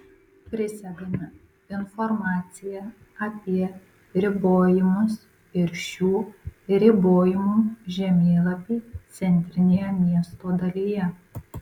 prisegame informaciją apie ribojimus ir šių ribojimų žemėlapį centrinėje miesto dalyje